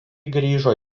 grįžo